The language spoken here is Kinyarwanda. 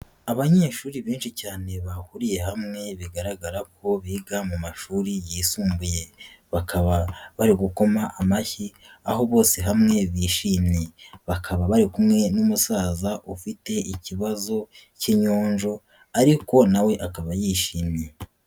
Abanyeshuri benshi cyane bahuriye hamwe, bigaragara ko biga mu mashuri yisumbuye, bakaba bari gukoma amashyi, aho bose hamwe bishimye, bakaba bari kumwe n'umusaza ufite ikibazo cy'inyonjo ariko nawe akaba yishimye.